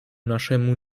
naszemu